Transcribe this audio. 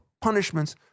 punishments